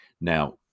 Now